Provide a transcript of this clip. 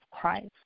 Christ